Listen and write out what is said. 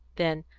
then,